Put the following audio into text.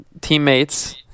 teammates